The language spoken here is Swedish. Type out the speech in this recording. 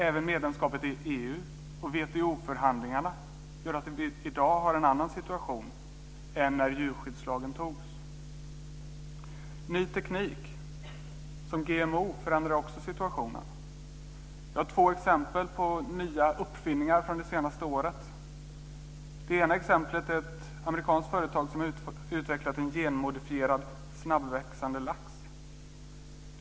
Även medlemskapet i EU och WTO-förhandlingarna gör att vi i dag har en annan situation än när djurskyddslagen antogs. Ny teknik som GMO förändrar också situationen. Jag har två exempel på nya uppfinningar från det senaste året. Det ena exemplet är att ett amerikanskt företag har utvecklat en genmodifierad snabbväxande lax.